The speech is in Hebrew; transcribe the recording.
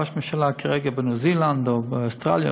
ראש הממשלה כרגע בניו-זילנד או באוסטרליה,